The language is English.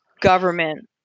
government